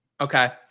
Okay